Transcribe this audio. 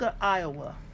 Iowa